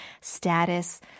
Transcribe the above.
status